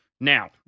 Now